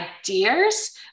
ideas